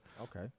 Okay